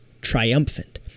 triumphant